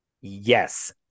Yes